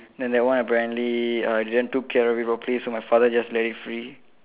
then that one apparently uh didn't took care of it properly so my father just let it free